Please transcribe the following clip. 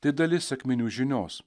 tai dalis sekminių žinios